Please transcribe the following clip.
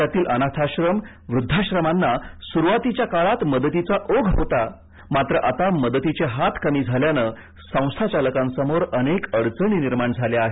राज्यातील अनाथाश्रम वुद्धाश्रमाना सुरुवातीच्या काळात मदतीचा ओघ होता मात्र आता मदतीचे हात कमी झाल्याने संस्था चालकांसमोर अनेक अडचणी निर्माण झाल्या आहेत